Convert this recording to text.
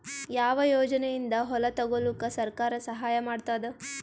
ಯಾವ ಯೋಜನೆಯಿಂದ ಹೊಲ ತೊಗೊಲುಕ ಸರ್ಕಾರ ಸಹಾಯ ಮಾಡತಾದ?